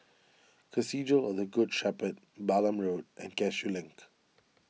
Cathedral of the Good Shepherd Balam Road and Cashew Link